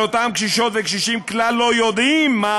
אבל אותם קשישות וקשישים כלל לא יודעים מה